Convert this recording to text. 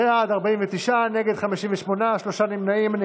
בעד, 48, נגד, 58, שלושה נמנעים.